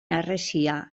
harresia